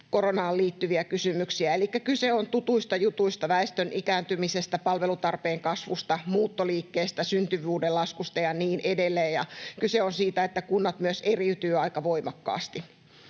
koronaan liittyviä kysymyksiä, elikkä kyse on tutuista jutuista — väestön ikääntymisestä, palvelutarpeen kasvusta, muuttoliikkeestä, syntyvyyden laskusta ja niin edelleen — ja kyse on siitä, että kunnat myös eriytyvät aika voimakkaasti.